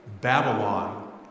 Babylon